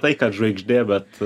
tai kad žvaigždė bet